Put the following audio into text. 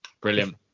brilliant